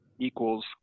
equals